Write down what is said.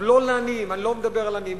לא לעניים, אני לא מדבר על עניים.